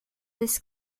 this